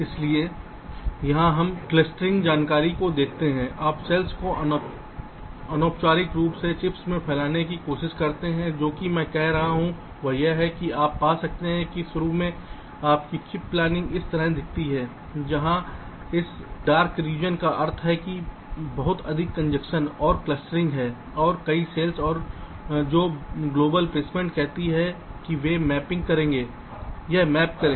इसलिए यहां हम क्लस्टरिंग जानकारी को देखते हैं आप सेल्स को अनौपचारिक रूप से चिप्स में फैलाने की कोशिश करते हैं जैसे कि मैं जो कह रहा हूं वह यह है कि आप पा सकते हैं कि शुरू में आपकी चिप प्लानिंग इस तरह दिखती है जहां इस डार्क रीजन का अर्थ है कि बहुत अधिक कंजक्शन और क्लस्टरिंग है और कई सेल्स जो वैश्विक प्लेसमेंट कहती हैं कि वे मैपिंग करेंगे यहां मैप करें